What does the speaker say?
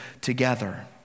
together